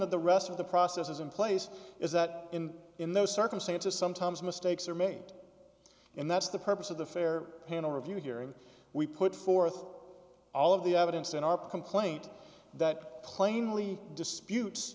that the rest of the process is in place is that in in those circumstances sometimes mistakes are made and that's the purpose of the fair panel review hearing we put forth all of the evidence in our complaint that plainly disputes